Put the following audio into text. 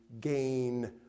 gain